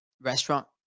restaurant